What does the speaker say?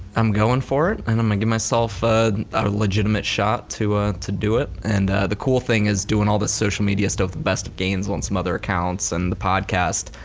i'm going for it and i'm gonna give myself a legitimate shot to ah to do it and the cool thing is doing all the social media stuff, the best of gainesville and some other accounts and the podcast,